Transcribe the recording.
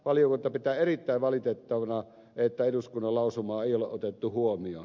valiokunta pitää erittäin valitettavana että eduskunnan lausumaa ei ole otettu huomioon